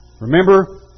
Remember